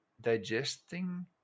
digesting